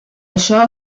això